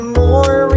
more